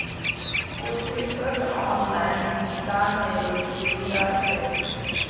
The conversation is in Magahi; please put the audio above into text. कोचिंगत ऑनलाइन भुक्तानेरो सुविधा छेक